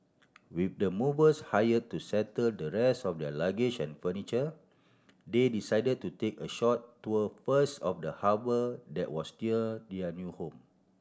with the movers hire to settle the rest of their luggage and furniture they decide to take a short tour first of the harbour that was near their new home